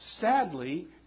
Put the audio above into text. sadly